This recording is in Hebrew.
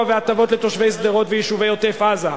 והטבות לתושבי שדרות ויישובי עוטף-עזה,